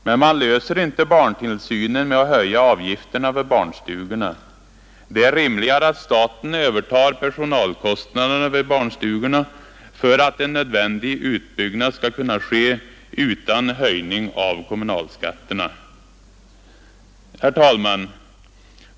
Man löser inte barntillsynen med att höja avgifterna vid barnstugorna. Det är rimligare att staten övertar personalkostnaderna vid barnstugorna för att en nödvändig utbyggnad skall kunna ske utan höjning av kommunalskatterna. Herr talman!